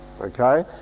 Okay